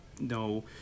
no